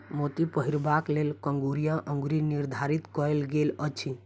मोती पहिरबाक लेल कंगुरिया अंगुरी निर्धारित कयल गेल अछि